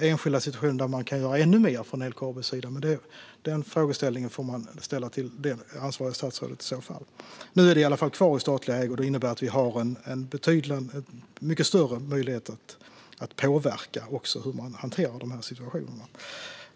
enskilda situationer där man kan göra ännu mer från LKAB:s sida, men den frågeställningen får i så fall tas upp med det ansvariga statsrådet. Nu är bolaget i alla fall kvar i statlig ägo, och det innebär att vi har mycket större möjligheter att påverka hur man hanterar de här situationerna.